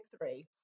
three